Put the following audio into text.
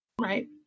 Right